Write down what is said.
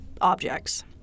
objects